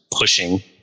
pushing